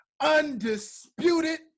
undisputed